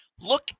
Look